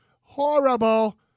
horrible